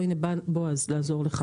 הנה, בועז בא לעזור לך.